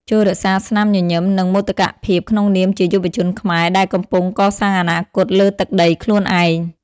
ចូររក្សាស្នាមញញឹម និងមោទកភាពក្នុងនាមជាយុវជនខ្មែរដែលកំពុងកសាងអនាគតលើទឹកដីខ្លួនឯង។